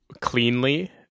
Cleanly